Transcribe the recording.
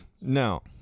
No